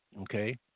Okay